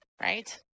right